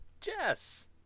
Jess